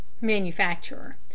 Manufacturer